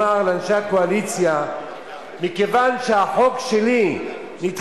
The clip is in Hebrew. חנייה לנכים מתיר לרכב הנושא תג נכה